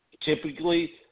typically